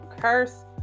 curse